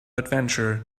adventure